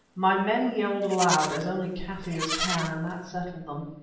my men yelled aloud, as only kaffirs can, and that settled them.